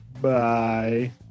bye